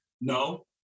No